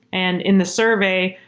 and in the survey,